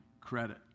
credit